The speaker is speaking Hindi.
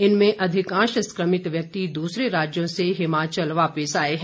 इनमें अधिकांश संक्रमित व्यक्ति दूसरे राज्यों से हिमाचल वापिस आए हैं